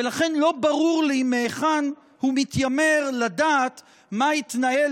ולכן לא ברור לי מהיכן הוא מתיימר לדעת מה התנהל